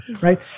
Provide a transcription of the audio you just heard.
right